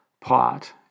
Pot